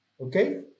okay